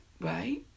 right